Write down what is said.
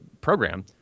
program